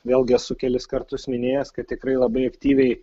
vėlgi esu kelis kartus minėjęs kad tikrai labai aktyviai